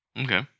Okay